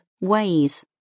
ways